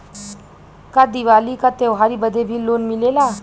का दिवाली का त्योहारी बदे भी लोन मिलेला?